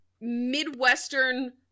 Midwestern